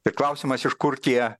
tai klausimas iš kur tie